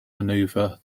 maneuver